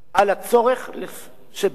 שבית-המשפט העליון יהיה